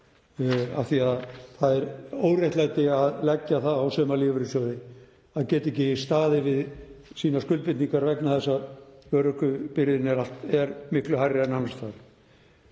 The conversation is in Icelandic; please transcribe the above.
af því að það er óréttlæti að leggja það á suma lífeyrissjóði að geta ekki staðið við sínar skuldbindingar vegna þess að örorkubyrðin er miklu hærri en annars